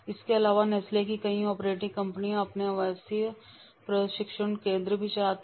इसके अलावा नेस्ले की कई ऑपरेटिंग कंपनियां अपने आवासीय प्रशिक्षण केंद्र भी चलाती हैं